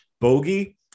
Bogey